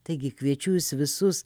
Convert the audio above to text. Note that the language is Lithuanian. taigi kviečiu jus visus